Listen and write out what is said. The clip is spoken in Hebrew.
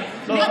והוספתי לך,